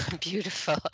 Beautiful